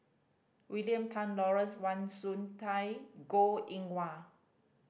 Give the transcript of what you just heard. William Tan Lawrence Wong Shyun Tsai Goh Eng Wah